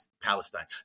Palestine